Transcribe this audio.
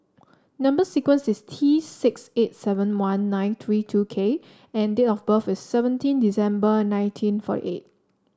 number sequence is T six eight seven one nine three two K and date of birth is seventeen December nineteen forty eight